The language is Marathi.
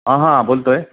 हां हां बोलतो आहे